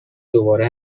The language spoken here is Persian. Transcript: دوباره